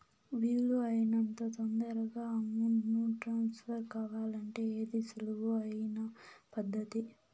వీలు అయినంత తొందరగా అమౌంట్ ను ట్రాన్స్ఫర్ కావాలంటే ఏది సులువు అయిన పద్దతి